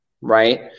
Right